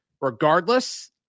regardless